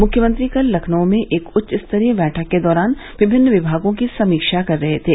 मुख्यमंत्री कल लखनऊ में एक उच्चस्तरीय बैठक के दौरान विभिन्न विभागों की समीक्षा कर रहे थे